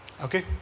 Okay